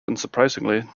unsurprisingly